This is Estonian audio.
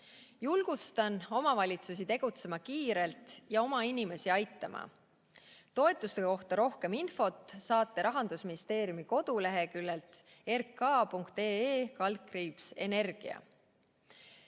Julgustan omavalitsusi tegutsema kiirelt ja oma inimesi aitama. Toetuste kohta saate rohkem infot Rahandusministeeriumi koduleheküljelt rk.ee/energia.